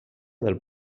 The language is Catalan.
del